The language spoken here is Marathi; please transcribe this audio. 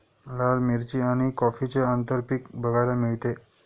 लाल मिरची आणि कॉफीचे आंतरपीक बघायला मिळते